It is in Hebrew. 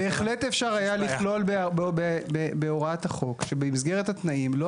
אבל בהחלט אפשר היה לכלול בהוראת החוק שבמסגרת התנאים לא